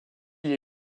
l’ai